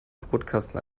brotkasten